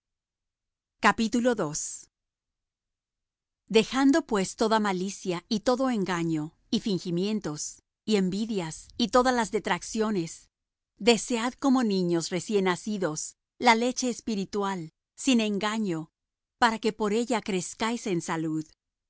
sido anunciada dejando pues toda malicia y todo engaño y fingimientos y envidias y todas las detracciones desead como niños recién nacidos la leche espiritual sin engaño para que por ella crezcáis en salud